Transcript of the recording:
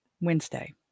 Wednesday